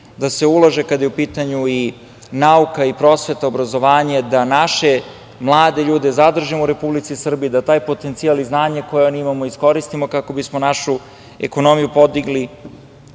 da se ulaže kada je u pitanju nauka, prosveta, obrazovanje, da naše mlade ljude zadržimo u Republici Srbiji, da taj potencijal i znanje koje oni imaju iskoristimo kako bismo našu ekonomiju podigli. Sami